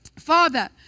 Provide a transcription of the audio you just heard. Father